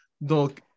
Donc